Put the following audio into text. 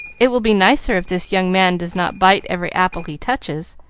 it will be nicer if this young man does not bite every apple he touches.